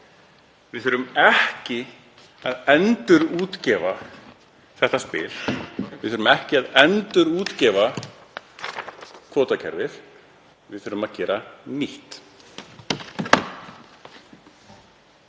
Við þurfum ekki að endurútgefa þetta spil. Við þurfum ekki að endurútgefa kvótakerfið. Við þurfum að gera nýtt.